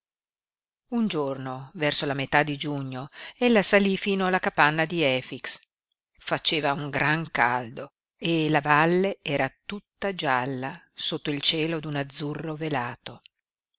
un giorno verso la metà di giugno ella salí fino alla capanna di efix faceva un gran caldo e la valle era tutta gialla sotto il cielo d'un azzurro velato